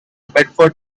bedford